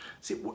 See